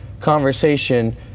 conversation